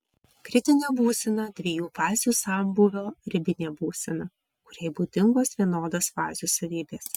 kritinė būsena dviejų fazių sambūvio ribinė būsena kuriai būdingos vienodos fazių savybės